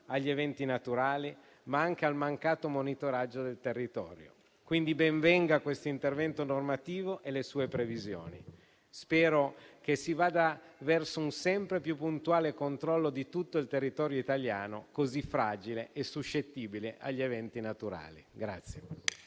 agli eventi naturali, ma anche al mancato monitoraggio del territorio. Quindi ben venga questo intervento normativo e le sue previsioni. Spero che si vada verso un sempre più puntuale controllo di tutto il territorio italiano, così fragile e suscettibile agli eventi naturali.